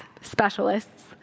specialists